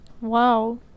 Wow